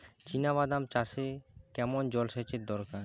চিনাবাদাম চাষে কেমন জলসেচের দরকার?